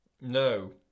no